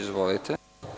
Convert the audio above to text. Izvolite.